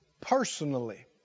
personally